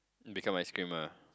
become ice cream ah